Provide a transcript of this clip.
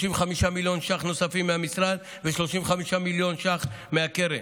35 מיליון ש"ח נוספים מהמשרד ו-35 מיליון ש"ח מהקרן,